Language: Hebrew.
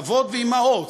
אבות ואימהות,